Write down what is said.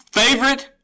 favorite